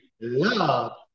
love